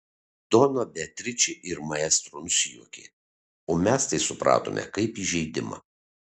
dona beatričė ir maestro nusijuokė o mes tai supratome kaip įžeidimą